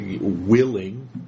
willing